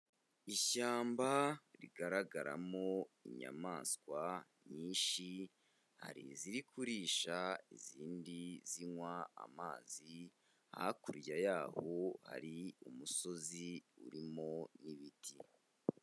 Ishyamba rigaragaramo inyamaswa nyinshi hari iziri kurisha izindi zinywa amazi, hakurya yaho hari umusozi urimo n'ibiti.